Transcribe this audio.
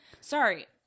sorry